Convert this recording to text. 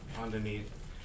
underneath